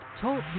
Talk